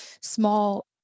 small